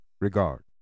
regard